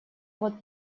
год